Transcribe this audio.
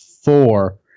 four